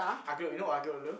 aglio you know aglio-olio